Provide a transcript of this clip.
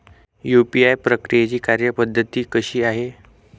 UPI प्रक्रियेची कार्यपद्धती कशी आहे?